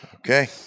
Okay